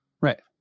right